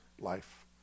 life